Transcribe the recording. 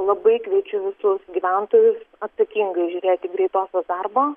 labai kviečiu visus gyventojus atsakingai žiūrėt į greitosios darbą